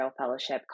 fellowship